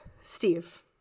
Steve